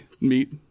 meet